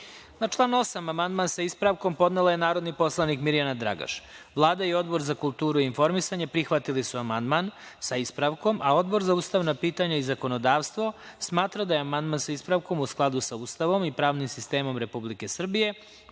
član 8. amandman, sa ispravkom, podnela je narodni poslanik Mirjana Dragaš. Vlada i Odbor za kulturu i informisanje prihvatili su amandman sa ispravkom, a Odbor za ustavna pitanja i zakonodavstvo smatra da je amandman sa ispravkom u skladu sa Ustavom i pravnim sistemom Republike